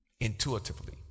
intuitively